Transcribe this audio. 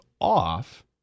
off